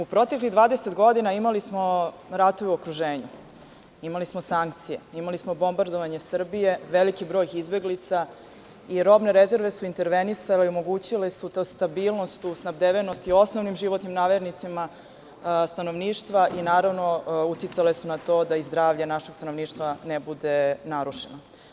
U proteklih 20 godina imali smo ratove u okruženju, imali smo sankcije, imali smo bombardovanje Srbije, veliki broj izbeglica i robne rezerve su intervenisale i omogućile su tu stabilnost u snabdevenosti osnovnim životnim namirnicama stanovništva i, naravno, uticale su na to da i zdravlje našeg stanovništva ne bude narušeno.